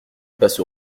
passe